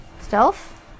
Stealth